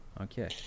Okay